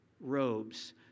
robes